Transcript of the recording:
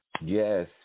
Yes